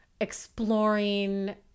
exploring